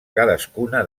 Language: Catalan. cadascuna